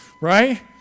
right